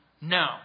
No